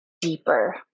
deeper